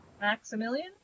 Maximilian